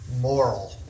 moral